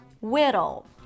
whittle